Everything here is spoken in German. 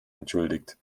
entschuldigt